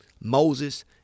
Moses